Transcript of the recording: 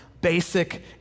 basic